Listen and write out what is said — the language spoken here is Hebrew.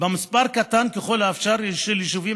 במספר קטן ככל האפשר של יישובים